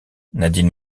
nadine